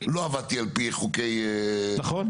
לא עבדתי על פי חוקי התקציב,